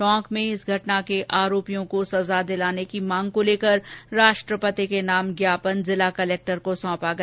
टोंक में इस घटना के आरोपियों को सज़ा दिलाने की मांग को लेकर राष्ट्रपति के नाम ज्ञापन जिला कलेक्ट्रट को सौंपा गया